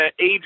age